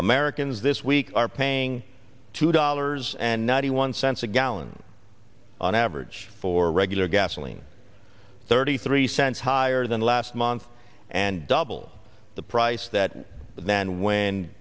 americans this week are paying two dollars and ninety one cents a gallon on average for regular gasoline thirty three cents higher than last month and double the price that the man when